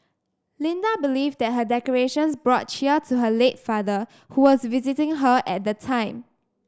Linda believed that her decorations brought cheer to her late father who was visiting her at the time